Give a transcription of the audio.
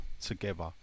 together